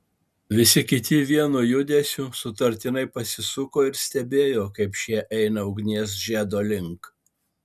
visi kiti vienu judesiu sutartinai pasisuko ir stebėjo kaip šie eina ugnies žiedo link